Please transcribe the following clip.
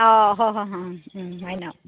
अ ह'ह' माइनाव